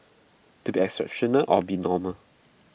to be exceptional or be normal